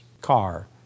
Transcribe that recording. car